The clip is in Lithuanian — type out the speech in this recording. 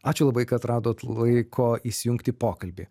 ačiū labai kad radot laiko įsijungt į pokalbį